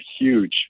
huge